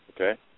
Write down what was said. okay